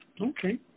Okay